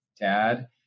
dad